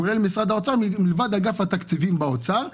כולל משרד האוצר, מלבד אגף התקציבים באוצר,